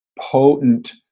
potent